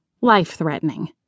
life-threatening